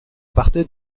partait